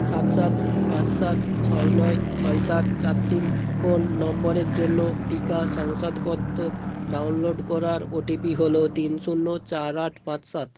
সাত সাত পাঁচ সাত ছয় নয় ছয় সাত চার তিন ফোন নম্বরের জন্য টিকা শংসাপত্র ডাউনলোড করার ওটিপি হল তিন শূন্য চার আট পাঁচ সাত